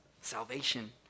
salvation